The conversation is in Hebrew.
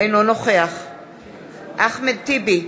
אינו נוכח אחמד טיבי,